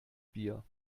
bier